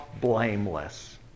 blameless